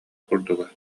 курдуга